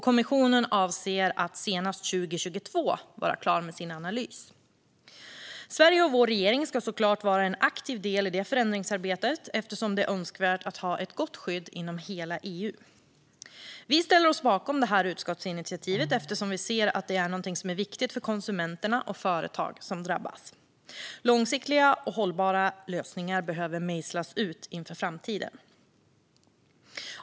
Kommissionen avser att senast 2022 vara klar med sin analys. Sverige och vår regering ska såklart vara en aktiv del i det förändringsarbetet, eftersom det är önskvärt att ha ett gott skydd inom hela EU. Vi ställer oss bakom det här utskottsinitiativet, eftersom vi ser att det är viktigt för konsumenter och företag som drabbats. Långsiktiga och hållbara lösningar behöver mejslas ut inför framtiden.